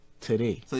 today